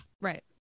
right